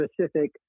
specific